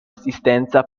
assistenza